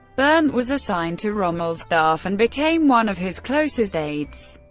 berndt was assigned to rommel's staff and became one of his closest aides.